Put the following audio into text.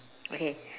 okay